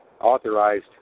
authorized